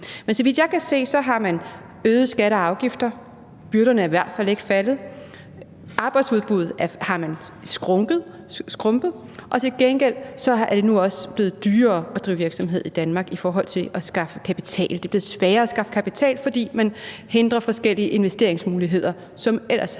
Men så vidt jeg kan se, har man øget skatter og afgifter – byrderne er i hvert fald ikke faldet. Arbejdsudbuddet har man skrumpet, og til gengæld er det nu også blevet dyrere at drive virksomhed i Danmark i forhold til at skaffe kapital. Det er blevet sværere at skaffe kapital, fordi man hindrer forskellige investeringsmuligheder, som ellers havde